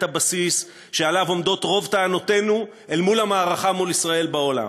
הבסיס שעליו עומדות רוב טענותינו אל מול המערכה נגד ישראל בעולם.